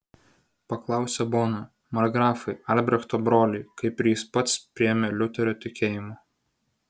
paklausė bona markgrafai albrechto broliai kaip ir jis pats priėmė liuterio tikėjimą